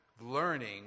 learning